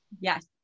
Yes